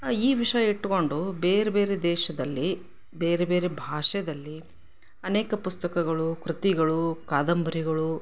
ಈ ವಿಷಯ ಇಟ್ಕೊಂಡು ಬೇರೆ ಬೇರೆ ದೇಶದಲ್ಲಿ ಬೇರೆ ಬೇರೆ ಭಾಷೆಯಲ್ಲಿ ಅನೇಕ ಪುಸ್ತಕಗಳು ಕೃತಿಗಳು ಕಾದಂಬರಿಗಳು